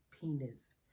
penis